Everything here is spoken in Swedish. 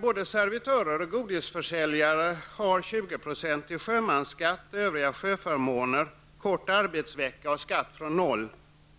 Både servitörer och godisförsäljare har 20-procentig sjömansskatt, övriga sjöförmåner, kort arbetsvecka och skatt från noll